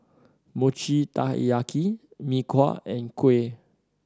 Mochi Taiyaki Mee Kuah and kuih